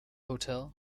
hotel